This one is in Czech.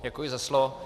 Děkuji za slovo.